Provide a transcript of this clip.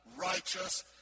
righteous